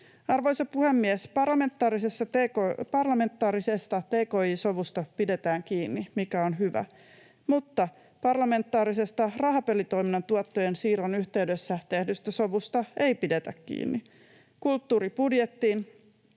Arvoisa puhemies! Parlamentaarisesta tki-sovusta pidetään kiinni, mikä on hyvä, mutta parlamentaarisesta rahapelitoiminnan tuottojen siirron yhteydessä tehdystä sovusta ei pidetä kiinni. Kulttuuribudjetin